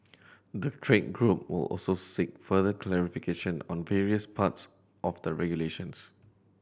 the trade group will also seek further clarification on various parts of the regulations